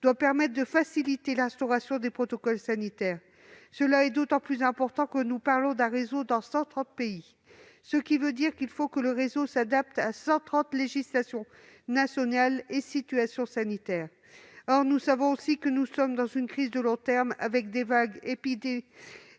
vise à faciliter l'instauration des protocoles sanitaires. C'est d'autant plus important que nous parlons d'un réseau dans 130 pays, qui doit donc s'adapter à 130 législations nationales et situations sanitaires. Or nous savons aussi que nous sommes dans une crise de long terme, avec des vagues épidémiques